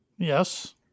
Yes